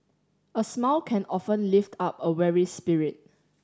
a smile can often lift up a weary spirit